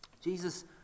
Jesus